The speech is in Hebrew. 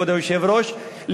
כבוד היושב-ראש,